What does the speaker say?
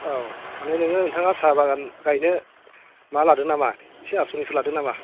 औ माने नोङो नोंथाङा साहा बागान गायनो माबा लादों नामा एसे आसनिखौ लादों नामा